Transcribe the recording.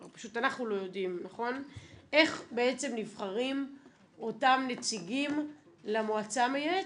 פשוט אנחנו לא יודעים איך בעצם נבחרים אותם נציגים למועצה המייעצת.